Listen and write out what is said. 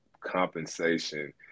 compensation